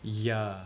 yeah